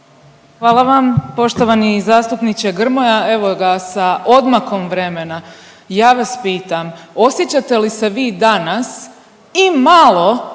Hvala vam. Poštovani zastupniče Grmoja evo ga sa odmakom vremena ja vas pitam osjećate li se vi danas i malo